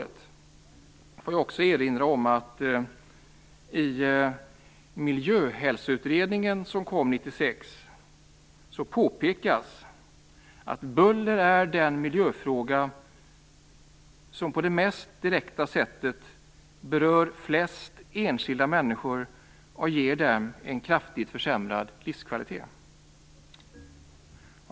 Jag vill också erinra om att det i Miljöhälsoutredningen, som kom 1996, påpekas att buller är den miljöfråga som på det mest direkta sättet berör flest enskilda människor och ger dem en kraftigt försämrad livskvalitet.